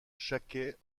jacquet